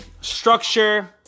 Structure